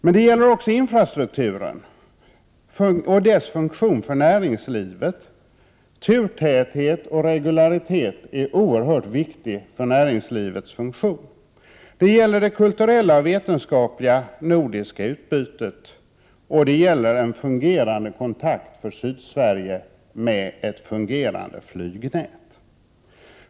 Men här gäller också infrastrukturen och dess funktion för näringslivet. Turtäthet och regularitet är oerhört viktiga för näringslivets funktion. Det gäller det kulturella och vetenskapliga nordiska utbytet, och det gäller en fungerande kontakt för Sydsverige med ett fungerande flygnät.